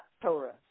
Torah